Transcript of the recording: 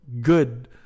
good